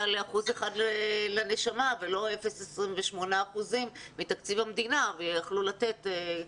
לאחוז אחד לנשמה ולא 0.28% מתקציב המדינה ויכלו לתת..